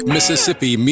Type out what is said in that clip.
Mississippi